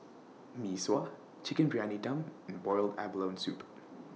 Mee Sua Chicken Briyani Dum and boiled abalone Soup